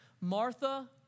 Martha